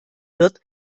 wird